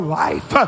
life